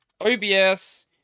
OBS